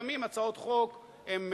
לפעמים הן חמדניות,